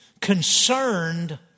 concerned